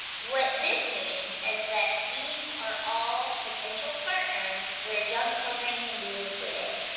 what this means is that these are all potential partners where young children can be included.